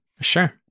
Sure